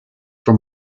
for